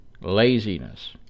laziness